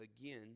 again